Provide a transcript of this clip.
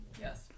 Yes